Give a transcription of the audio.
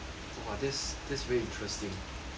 !wah! that's that's is very interesting